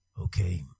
Okay